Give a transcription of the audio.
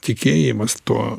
tikėjimas tuo